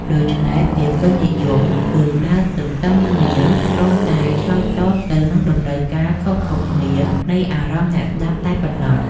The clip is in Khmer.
ដូច្នេះ ភាពពេញនិយមគឺដើរទន្ទឹមគ្នា គ្រាន់តែឆ្លើយតបទៅនឹងតម្រូវការខុសៗគ្នានៃអារម្មណ៍អ្នកស្ដាប់តែប៉ុណ្ណោះ។